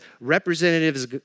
representatives